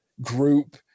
group